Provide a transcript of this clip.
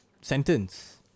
sentence